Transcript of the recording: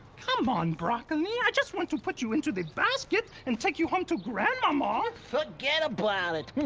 come on, broccoli, i just want to put you into the basket and take you home to grandma-ma. forget about it.